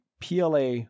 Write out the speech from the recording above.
PLA